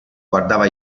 guardava